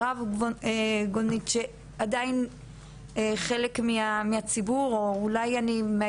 הרב גונית שהיא עדיין לא חלק מהציבור ואולי אני אפילו